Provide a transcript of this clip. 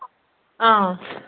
آ